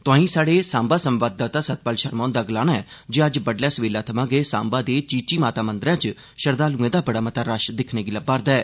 तोआईं स्हाडे सांबा संवाददाता सतपाल शर्मा हुंदा गलाना ऐ जे अज्जै बड्डलै सवेला थमां गै सांबा दे चीची माता मंदरै च श्रद्वालुएं दा बड़ा मता रश दिक्खने गी लब्बा'रदा ऐ